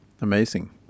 Amazing